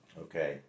Okay